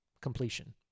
completion